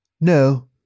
No